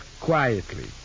quietly